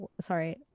Sorry